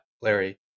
Larry